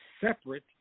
separate